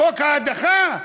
חוק ההדחה?